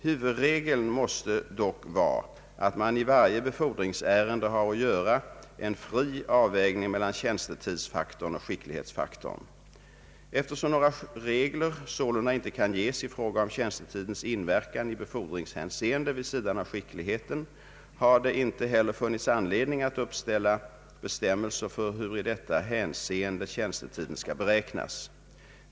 Huvudregeln måste dock vara att man i varje befordringsärende har att göra en fri avvägning mellan =<tjänstetidsfaktorn och skicklighetsfaktorn. Eftersom några regler sålunda inte kan ges i fråga om tjänstetidens inverkan i befordringshänseende vid sidan av skickligheten, har det ej heller funnits anledning att uppställa bestäm melser för hur i detta hänseende tjänstetiden skall beräknas.